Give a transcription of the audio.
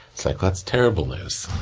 like that's terrible news.